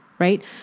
Right